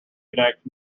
connect